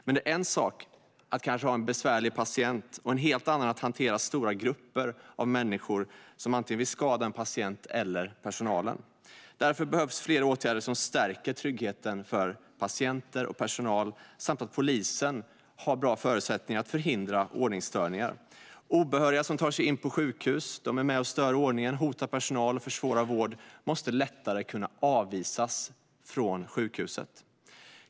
Men det är en sak att kanske ha en besvärlig patient och en helt annan att hantera stora grupper av människor som antingen vill skada en patient eller personalen. Därför behövs fler åtgärder som stärker tryggheten för patienter och personal samt att polisen har bra förutsättningar att förhindra ordningsstörningar. Obehöriga som tar sig in på sjukhus, är med och stör ordningen, hotar personal och försvårar vård måste lättare kunna avvisas från sjukhuset.